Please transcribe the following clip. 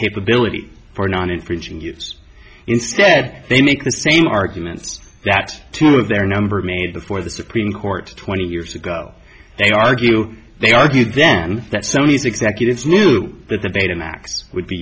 capability for non infringing use instead they make the same arguments that two of their number made before the supreme court twenty years ago they argue they argued then that sony's executives knew that the betamax would be